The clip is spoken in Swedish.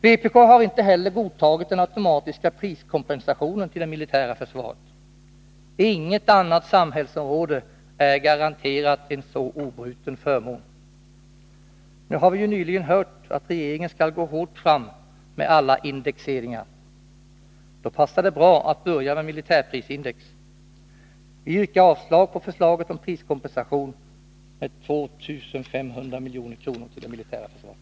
Vpk har heller inte godtagit den automatiska priskompensationen till det militära försvaret. Inget annat samhällsområde är garanterat en så obruten förmån. Nu har vi ju nyligen hört att regeringen skall gå hårt fram med alla indexeringar. Då passar det bra att börja med militärprisindex. Vi yrkar avslag på förslaget om priskompensationen med 2 500 milj.kr. till det militära försvaret.